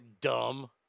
dumb